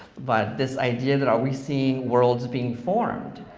but this idea that are we seeing worlds being formed.